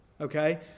okay